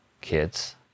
kids